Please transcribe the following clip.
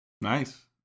Nice